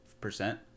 Percent